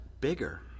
bigger